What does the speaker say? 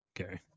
okay